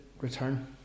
return